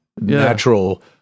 natural